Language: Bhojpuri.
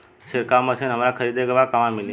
छिरकाव मशिन हमरा खरीदे के बा कहवा मिली?